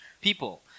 people